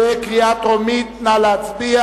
האם יש חבר כנסת שמבקש להתנגד?